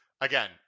Again